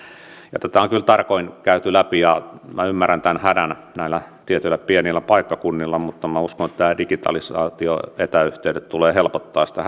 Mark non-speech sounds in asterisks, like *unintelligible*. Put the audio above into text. ja tätä on kyllä tarkoin käyty läpi ymmärrän tämän hädän näillä tietyillä pienillä paikkakunnilla mutta uskon että digitalisaatio ja etäyhteydet tulevat helpottamaan sitä *unintelligible*